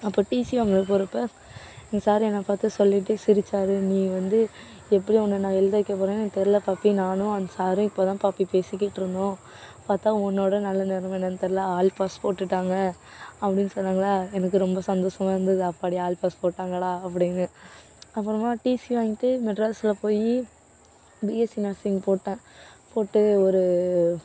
அப்போ டிசி வாங்க போகிறப்ப எங்கள் சார் என்னை பார்த்து சொல்லிவிட்டு சிரித்தாரு நீ வந்து எப்படி நான் உன்ன எழுத வைக்க போகிறேன்னு தெரில பப்பி நானும் அந்த சாரும் இப்போ தான் பப்பி பேசிக்கிட்டு இருந்தோம் பார்த்தா உன்னோட நல்ல நேரமா என்னன்னு தெரில ஆல் பாஸ் போட்டுவிட்டாங்க அப்படின்னு சொன்னாங்களா எனக்கு ரொம்ப சந்தோஷமாக இருந்தது அப்பாடி ஆல் பாஸ் போட்டாங்கடா அப்படின்னு அப்புறமா டிசி வாங்கிகிட்டு மெட்ராஸில் போய் பிஎஸ்சி நர்சிங் போட்டேன் போட்டு ஒரு